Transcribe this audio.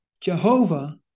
Jehovah